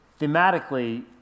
thematically